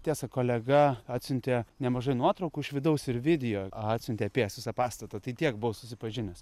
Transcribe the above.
tiesa kolega atsiuntė nemažai nuotraukų iš vidaus ir video atsiuntė apėjęs visą pastatą tai tiek buvau susipažinęs